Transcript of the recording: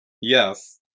yes